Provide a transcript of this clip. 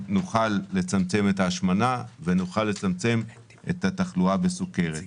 כך נוכל לצמצם את ההשמנה ונוכל לצמצם את התחלואה בסוכרת.